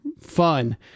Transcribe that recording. fun